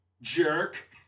jerk